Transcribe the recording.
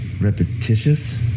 repetitious